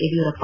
Yediyurappa